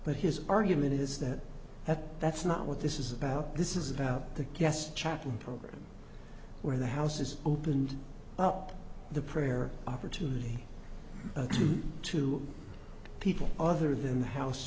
but his argument is that that that's not what this is about this is about the guest chapel program where the house is opened up the prayer opportunity to people other than the house